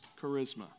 charisma